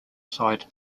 side